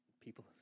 people